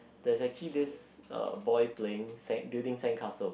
there's actually this uh boy playing sand building sandcastle